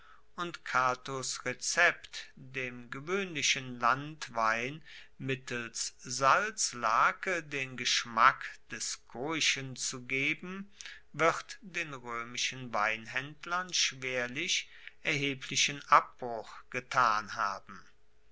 und catos rezept dem gewoehnlichen landwein mittels salzlake den geschmack des koischen zu geben wird den roemischen weinhaendlern schwerlich erheblichen abbruch getan haben